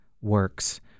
works